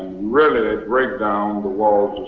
really break down the walls